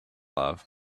love